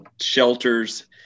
shelters